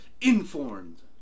informed